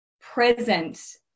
present